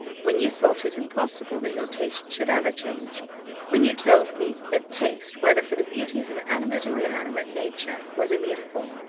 when you thought it impossible that your taste should ever change when you told me that taste, whether for the beauties of animate or inanimate nature, was immutable.